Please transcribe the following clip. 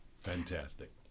Fantastic